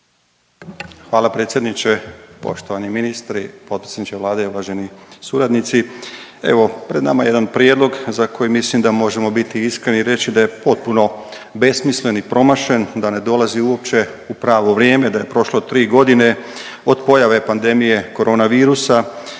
Hvala predsjedniče. Poštovani ministri, potpredsjedniče Vlade i uvaženi suradnici, evo pred nama je jedan prijedlog za koji mislim da možemo biti iskreni i reći da je potpuno besmislen i promašen, da ne dolazi uopće u pravo vrijeme, da je prošlo 3.g. od pojave pandemije koronavirusa